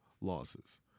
losses